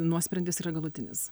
nuosprendis yra galutinis